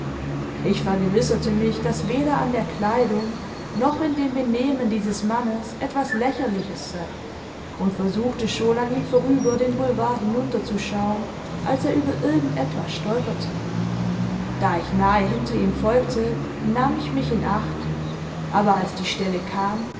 ich vergewisserte mich daß weder an der kleidung noch in dem benehmen dieses mannes etwas lächerliches sei und versuchte schon an ihm vorüber den boulevard hinunter zu schauen als er über irgend etwas stolperte da ich nahe hinter ihm folgte nahm ich mich in acht aber als die stelle kam